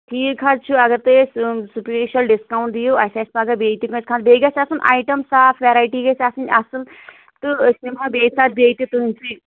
ٹھیٖک حظ چھُ اگر تۄہہِ اَسہِ سُپیشل ڈِسکاوُنٛٹ دِیِو اَسہِ آسہِ پگاہ بیٚیہِ تہِ کٲنٛسہِ خانٛدر بیٚیہِ گژھِ آسُن ایٹم صاف ویرایٹی گَژھِ آسٕنۍ اَصٕل تہٕ أسۍ نِمہٕ ہاو بیٚیہِ ساتہٕ بیٚیہِ تہِ تِہٕنٛدسٕے